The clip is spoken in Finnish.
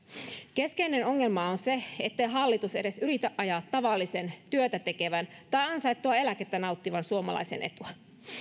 keskeinen ongelma on se ettei hallitus edes yritä ajaa tavallisen työtä tekevän tai ansaittua eläkettä nauttivan suomalaisen etua